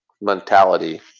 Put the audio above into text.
mentality